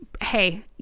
hey